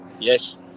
Yes